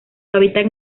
hábitat